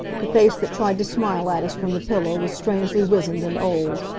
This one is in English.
the face that tried to smile at us from the pillow was strangely wizened and old.